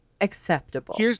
acceptable